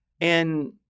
And-